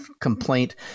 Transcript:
complaint